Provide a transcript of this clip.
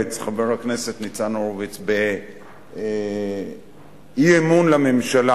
מרצ חבר הכנסת ניצן הורוביץ באי-אמון לממשלה.